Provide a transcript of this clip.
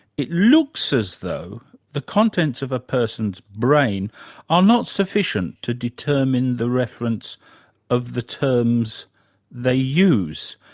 it looks as though the contents of a person's brain are not sufficient to determine the reference of the terms they use.